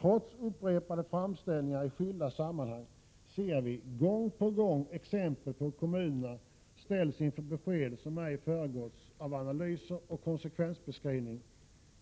Trots upprepade framställningar i skilda sammanhang ser vi gång på gång exempel på hur kommunerna ställs inför besked som ej föregåtts av analyser och konsekvensbeskrivning